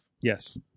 Yes